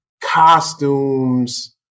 costumes